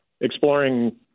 exploring